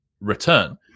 return